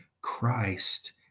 Christ